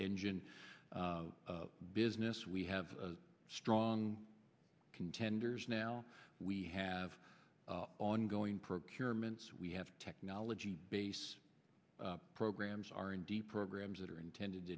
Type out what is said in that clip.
engine business we have strong contenders now we have ongoing procurements we have technology based programs are in deep programs that are intended to